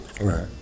Right